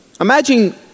Imagine